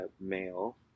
male